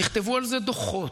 נכתבו על זה דוחות,